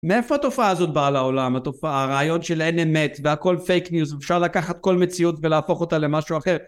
מאיפה התופעה הזאת באה לעולם, התופעה, הרעיון של אין אמת והכל פייק ניוז ואפשר לקחת כל מציאות ולהפוך אותה למשהו אחר?